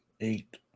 eight